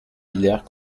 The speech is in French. villers